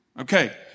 Okay